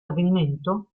avvenimento